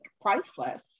priceless